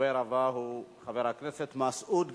הדובר הבא הוא חבר הכנסת מסעוד גנאים,